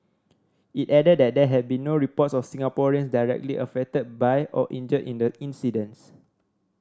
it added that there had been no reports of Singaporeans directly affected by or injured in the incidents